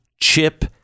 chip